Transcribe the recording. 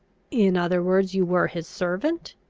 in other words, you were his servant?